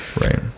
right